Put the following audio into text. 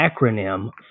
acronym